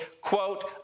quote